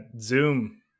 Zoom